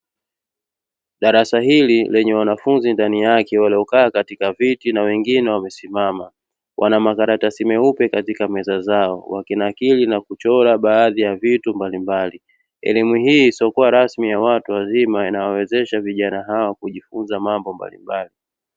Darasa hili lenye wanafunzi ndani yake wanaokaa katika viti na wengine wamesimama, wana makaratasi meupe katika meza zao wakinakiri na kuchora baadhi ya vitu mbalimbali. Elimu hii isiyokua rasmi ya watu wazima inawezesha vijana hawa kujifunza mambo mbalimbali.